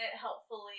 helpfully